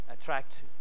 attract